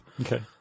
Okay